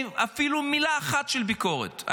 ואין לי מילה אחת של ביקורת,